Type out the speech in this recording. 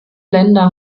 länder